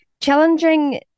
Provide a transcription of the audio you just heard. challenging